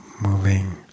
moving